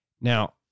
Now